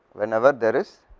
whenever there is